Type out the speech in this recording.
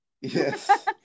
yes